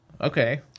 okay